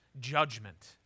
judgment